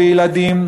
וילדים,